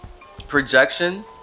Projection